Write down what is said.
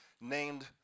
named